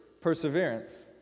perseverance